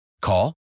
Call